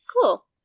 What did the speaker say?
Cool